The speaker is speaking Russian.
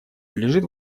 лежит